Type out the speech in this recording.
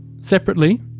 separately